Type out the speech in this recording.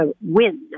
win